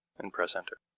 and press enter.